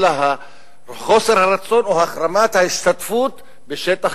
אלא על חוסר הרצון או החרמת ההשתתפות בשטח